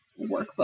workbook